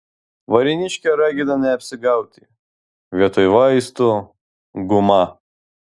varėniškė ragina neapsigauti vietoj vaistų guma